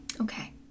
Okay